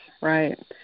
right